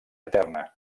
eterna